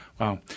wow